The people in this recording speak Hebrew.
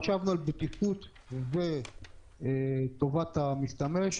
חשבנו על בטיחות וטובת המשתמש.